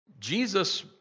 Jesus